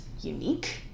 unique